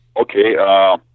Okay